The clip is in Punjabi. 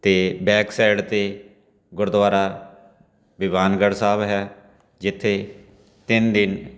ਅਤੇ ਬੈਕ ਸਾਇਡ 'ਤੇ ਗੁਰਦੁਆਰਾ ਵੀਵਾਨਗੜ੍ਹ ਸਾਹਿਬ ਹੈ ਜਿੱਥੇ ਤਿੰਨ ਦਿਨ